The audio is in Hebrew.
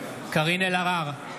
קארין אלהרר,